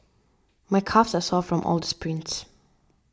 my calves are sore from all the sprints